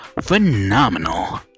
phenomenal